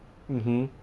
mmhmm